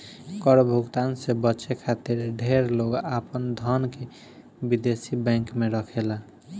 कर भुगतान से बचे खातिर ढेर लोग आपन धन के विदेशी बैंक में रखेला